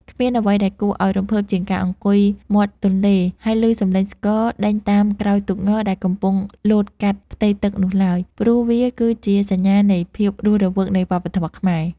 គ្មានអ្វីដែលគួរឱ្យរំភើបជាងការអង្គុយមាត់ទន្លេ ហើយឮសំឡេងស្គរដេញតាមក្រោយទូកងដែលកំពុងលោតកាត់ផ្ទៃទឹកនោះឡើយ ព្រោះវាគឺជាសញ្ញានៃភាពរស់រវើកនៃវប្បធម៌ខ្មែរ។